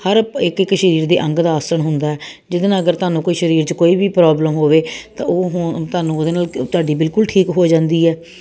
ਹਰ ਇੱਕ ਇੱਕ ਸਰੀਰ ਦੇ ਅੰਗ ਦਾ ਆਸਣ ਹੁੰਦਾ ਜਿਹਦੇ ਨਾਲ ਅਗਰ ਤੁਹਾਨੂੰ ਕੋਈ ਸਰੀਰ 'ਚ ਕੋਈ ਵੀ ਪ੍ਰੋਬਲਮ ਹੋਵੇ ਤਾਂ ਉਹ ਤੁਹਾਨੂੰ ਉਹਦੇ ਨਾਲ ਤੁਹਾਡੀ ਬਿਲਕੁਲ ਠੀਕ ਹੋ ਜਾਂਦੀ ਹੈ